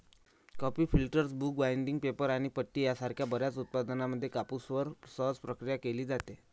coffee filters, book binding, paper आणि पट्टी यासारख्या बर्याच उत्पादनांमध्ये कापूसवर सहज प्रक्रिया केली जाते